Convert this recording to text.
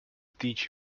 teach